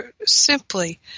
simply